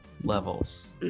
levels